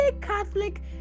Catholic